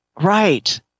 Right